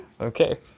Okay